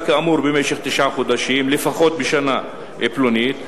כאמור במשך תשעה חודשים לפחות בשנה פלונית,